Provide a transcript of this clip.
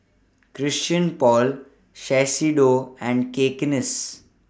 Christian Paul Shiseido and Cakenis